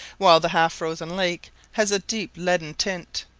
while the half-frozen lake has a deep leaden tint,